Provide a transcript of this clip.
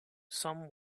some